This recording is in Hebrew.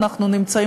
אנחנו נמצאים,